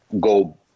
go